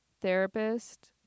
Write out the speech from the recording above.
therapist